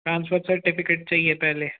transfer certificate चाहिए पहले